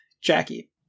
Jackie